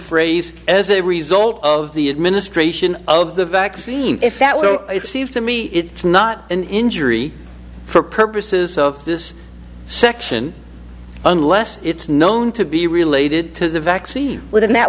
phrase as a result of the administration of the vaccine if that were so it seems to me it's not an injury for purposes of this section unless it's known to be related to the vaccine within that